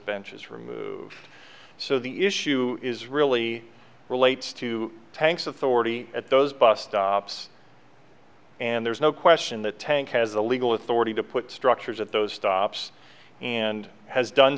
benches removed so the issue is really relates to tanks authority at those bus stops and there's no question the tank has the legal authority to put structures at those stops and has done